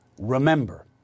remember